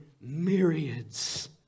myriads